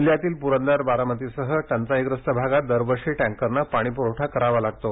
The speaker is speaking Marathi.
जिल्ह्यातील पुरंदर बारामतीसह टंचाईग्रस्त भागात दर वर्षी टँकरनं पाणी पुरवठा करावा लागतो